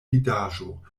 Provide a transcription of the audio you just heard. vidaĵo